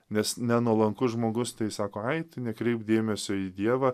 nes nenuolankus žmogus tai sako ai nekreipk dėmesio į dievą